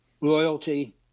Loyalty